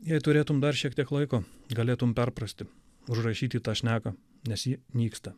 jei turėtum dar šiek tiek laiko galėtum perprasti užrašyti tą šneką nes ji nyksta